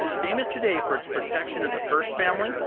famous today for its protection of the first family,